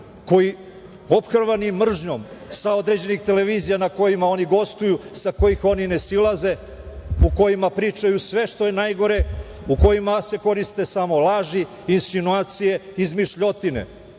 koji ophrvani mržnjom sa određenih televizija na kojima oni gostuju, sa kojih oni ne silaze, u kojima pričaju sve što je najgore, u kojim se koriste samo laži i insinuacije, izmišljotine?